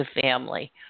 family